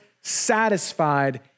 satisfied